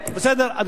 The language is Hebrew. בסדר.